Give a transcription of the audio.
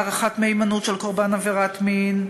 הערכת מהימנות של קורבן עבירת מין,